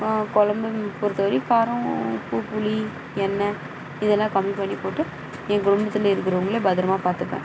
குழந்தைங்க பொறுத்த வரையும் காரம் உப்பு புளி எண்ணெ இதெல்லாம் கம்மி பண்ணி போட்டு என் குடும்பத்தில் இருக்கிறவங்கள பத்திரமா பார்த்துப்பேன்